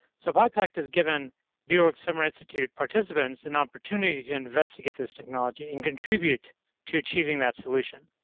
so pipact has given beaver works summer institute participants an opportunity to investigate this technology and contribute to achieving that solution.